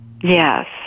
Yes